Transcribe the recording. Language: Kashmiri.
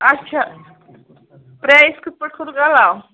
اچھا پرٛایِز کِتھٕ پٲٹھۍ کھوٚتُکھ علاو